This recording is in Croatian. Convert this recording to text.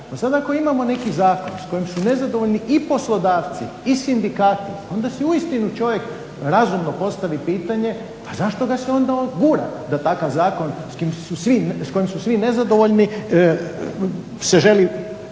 sada ako imamo neki zakon s kojim su nezadovoljni i poslodavci i sindikati onda si uistinu čovjek razumno postavi pitanje a zašto ga se onda …/Govornik se ne razumije./… da takav zakon s kojim su svi nezadovoljni se želi